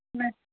ஆ